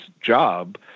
job –